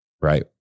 Right